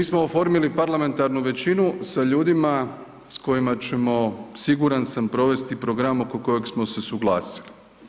Mi smo otvorili parlamentarnu većinu sa ljudima s kojima ćemo siguran sam provesti program oko kojeg smo se suglasili.